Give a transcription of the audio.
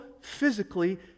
physically